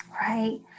Right